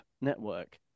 network